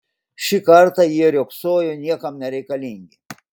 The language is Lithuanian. šį kartą jie riogsojo niekam nereikalingi